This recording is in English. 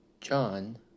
John